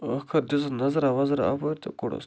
ٲخر دِژٕس نظرا وظر اپٲرۍ تہِ کوٚڈُس تھوٚپ